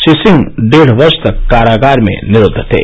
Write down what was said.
श्री सिंह डेढ़ वर्ष तक कारागार में निरुद्व थे